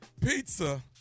Pizza